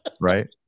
Right